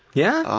yeah?